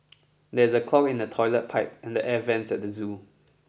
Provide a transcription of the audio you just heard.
there is a clog in the toilet pipe and the air vents at the zoo